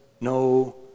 no